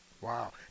Wow